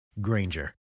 Granger